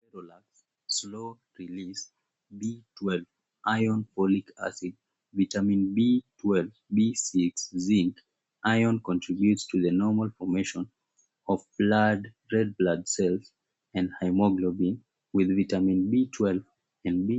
La Slow Release B12 Iron Bolic Acid Vitamin B12 B6Z Iron Contributes to the normal formation of blood red bloodcells and Haemoglobin with Vitamin B12 and B.